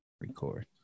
record